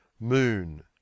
Moon